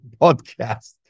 podcast